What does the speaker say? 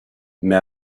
mais